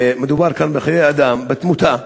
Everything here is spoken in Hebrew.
מדובר כאן בחיי אדם, בתמותה.